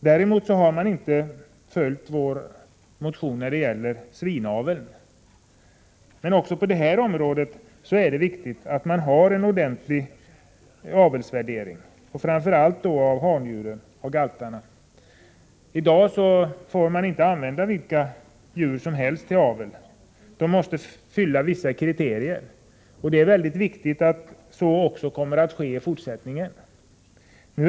Däremot har utskottet inte följt vår motion när det gäller svinaveln. Men också på det området är det viktigt att man har en ordentlig avelsvärdering framför allt av handjuren, galtarna. I dag får man inte använda vilka djur som helst till avel. De måste fylla vissa kriterier. Det är mycket viktigt att så är fallet också i fortsättningen.